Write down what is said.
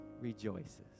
rejoices